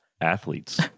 athletes